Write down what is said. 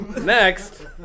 Next